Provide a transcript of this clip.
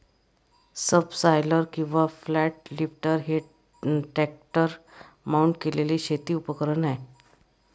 subsoiler किंवा flat lifter हे tractor mount केलेले शेती उपकरण आहे